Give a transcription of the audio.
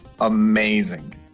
amazing